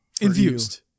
Infused